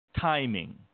timing